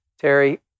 Terry